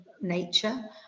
nature